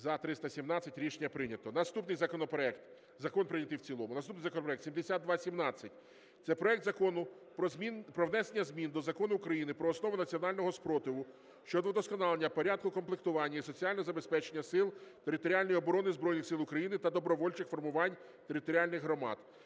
За-317 Рішення прийнято. Наступний законопроект… Закон прийнятий в цілому. Наступний законопроект 7217. Це проект Закону про внесення змін до Закону України "Про основи національного спротиву" щодо вдосконалення порядку комплектування і соціального забезпечення Сил територіальної оборони Збройних Сил України та добровольчих формувань територіальних громад.